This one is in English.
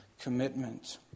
commitment